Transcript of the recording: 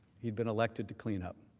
had been elected to clean up.